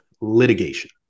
litigation